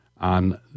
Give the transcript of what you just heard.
On